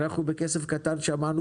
שמענו